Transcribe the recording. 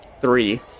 three